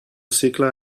cicle